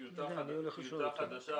טיוטה חדשה